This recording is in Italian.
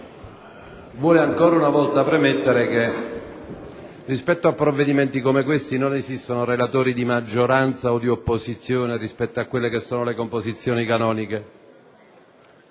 vuole ancora una volta premettere che, rispetto a provvedimenti come questi, non esistono relatori di maggioranza o di opposizione rispetto alle composizioni canoniche.